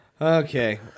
Okay